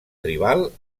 tribal